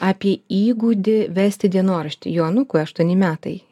apie įgūdį vesti dienoraštį jo anūkui aštuoni metai